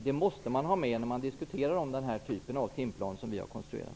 Det måste finnas med när man diskuterar den typ av timplan som vi har konstruerat.